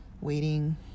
waiting